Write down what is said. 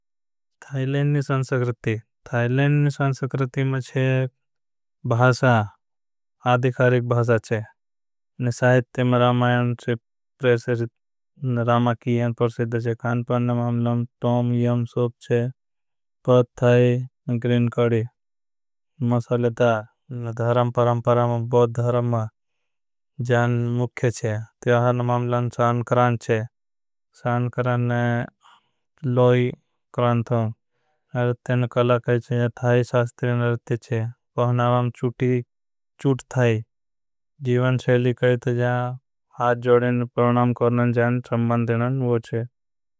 थाईलैंड नी संस्कृती थाईलैंड नी संस्कृती में अधिकारिक। भाषा चेह में रामायान छे प्रेसेरित रामा की एन परसेरित। है मामलां टॉम, यम, सोप चेह, थाइ, ग्रिन, कड़ी। मसाले दार, धरम, परम, परम, बोध, धरम जान। मुखे चेह मामला ए संक्रांत छे आने। लोई क्रांत छे कला कहें जए थाइ शास्त्रिन नरत्य चेह। छोटी छूट थाई सेली कहें जए हाथ। जड़ें परणाम करनें जान सम्बन देनान मुखे।